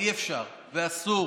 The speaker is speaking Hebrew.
אי-אפשר ואסור